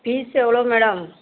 fees எவ்வளோ madam